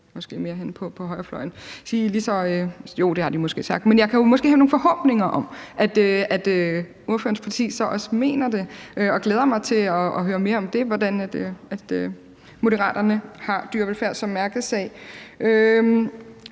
jeg kan måske have nogle forhåbninger om, at ordførerens parti så også mener det, og jeg glæder mig til at høre mere om det, altså hvordan Moderaterne har dyrevelfærd som mærkesag.